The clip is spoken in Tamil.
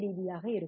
பியாக இருக்கும்